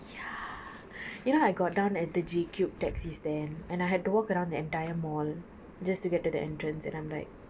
ya you know I got down at the jcube taxi stand and I had to walk around the entire mall just to get to the entrance and I'm like